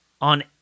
On